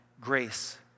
grace